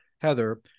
Heather